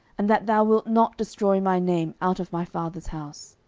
and that thou wilt not destroy my name out of my father's house.